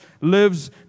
lives